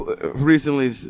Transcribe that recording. recently